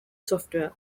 software